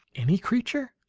any creature?